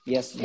Yes